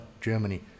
Germany